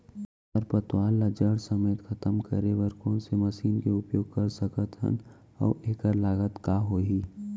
खरपतवार ला जड़ समेत खतम करे बर कोन से मशीन के उपयोग कर सकत हन अऊ एखर लागत का होही?